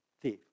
thief